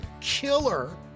killer